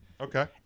Okay